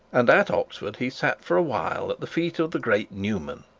and at oxford he sat for a while at the feet of the great newman.